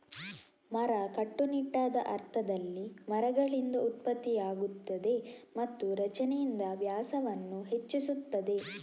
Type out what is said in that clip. ಮರ, ಕಟ್ಟುನಿಟ್ಟಾದ ಅರ್ಥದಲ್ಲಿ, ಮರಗಳಿಂದ ಉತ್ಪತ್ತಿಯಾಗುತ್ತದೆ ಮತ್ತು ರಚನೆಯಿಂದ ವ್ಯಾಸವನ್ನು ಹೆಚ್ಚಿಸುತ್ತದೆ